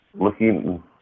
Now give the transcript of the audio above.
looking